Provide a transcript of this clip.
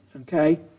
okay